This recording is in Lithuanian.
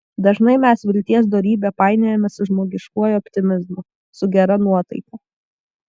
dažnai mes vilties dorybę painiojame su žmogiškuoju optimizmu su gera nuotaika